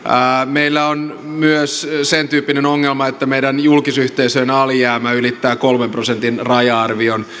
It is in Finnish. meillä on myös sen tyyppinen ongelma että meidän julkisyhteisöjen alijäämä ylittää kolmen prosentin raja arvon